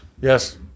yes